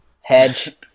Hedge